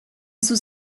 sus